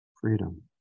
freedom